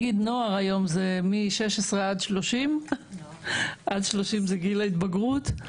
נוער היום עד 12-30 בגיל ההתבגרות.